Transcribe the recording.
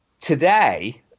Today